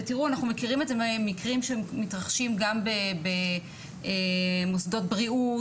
אנחנו מכירים את זה ממקרים שמתרחשים גם במוסדות בריאות,